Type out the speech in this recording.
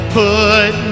put